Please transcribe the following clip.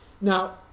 Now